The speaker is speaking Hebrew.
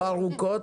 לא ארוכות.